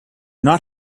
not